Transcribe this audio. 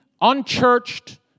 unchurched